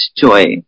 joy